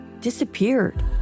disappeared